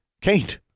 Kate